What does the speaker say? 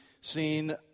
seen